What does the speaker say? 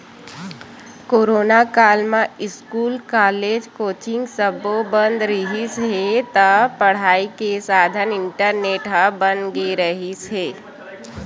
corona काल म school, college, coaching सब्बो बंद रिहिस हे त पड़ई के साधन इंटरनेट ह बन गे रिहिस हे